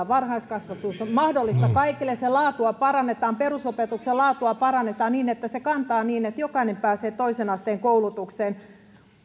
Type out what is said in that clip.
varhaiskasvatus on mahdollista kaikille sen laatua parannetaan perusopetuksen laatua parannetaan niin että se kantaa niin että jokainen pääsee toisen asteen koulutukseen